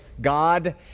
God